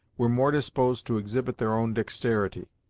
were more disposed to exhibit their own dexterity,